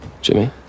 Jimmy